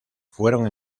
fueron